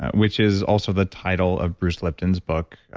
which is also the title of bruce lipton's book.